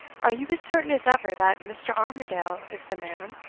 are you as certain as ever that mr. armadale is the man?